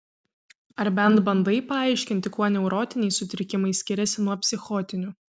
ar bent bandai paaiškinti kuo neurotiniai sutrikimai skiriasi nuo psichotinių